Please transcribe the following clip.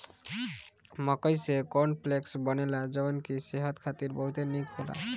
मकई से corn flakes बनेला जवन की सेहत खातिर बहुते निक होला